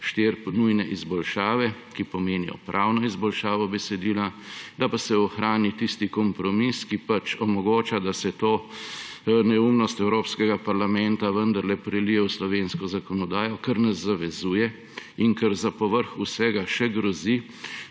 štiri nujne izboljšave, ki pomenijo pravno izboljšavo besedila, da pa se ohrani tisti kompromis, ki omogoča, da se to neumnost Evropskega parlamenta vendarle prelije v slovensko zakonodajo, kar nas zavezuje in kar za povrh vsega še grozi,